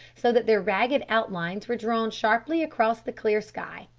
so that their ragged outlines were drawn sharply across the clear sky.